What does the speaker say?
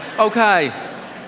Okay